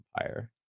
Empire